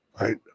right